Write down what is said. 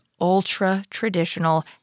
ultra-traditional